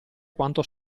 quanto